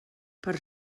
per